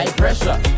pressure